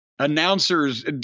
announcers